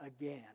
again